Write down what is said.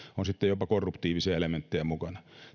on sitten jopa korruptiivisia elementtejä mukana